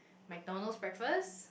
McDonald's breakfast